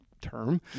term